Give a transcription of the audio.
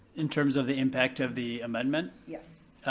in terms of the impact of the amendment? yes.